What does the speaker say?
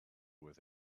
with